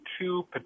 two